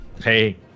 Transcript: Hey